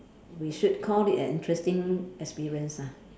we should call it an interesting experience lah